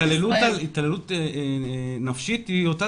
התעללות נפשית היא התעללות.